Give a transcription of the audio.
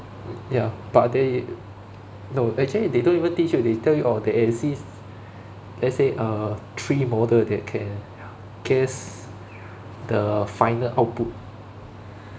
ya but they no actually they don't even teach you they tell you orh there is this let's say err tree model that can guess the final output